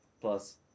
Plus